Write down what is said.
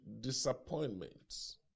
disappointments